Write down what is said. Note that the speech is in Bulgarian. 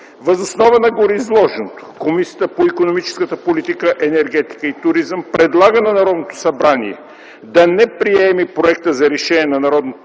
Въз основа на гореизложеното Комисията по икономическата политика, енергетика и туризъм предлага на Народното събрание да не приеме Проекта за решение на Народното